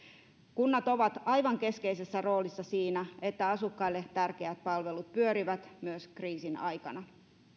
kunnat ovat aivan keskeisessä roolissa siinä että asukkaille tärkeät palvelut pyörivät myös kriisin aikana